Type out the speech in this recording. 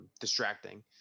distracting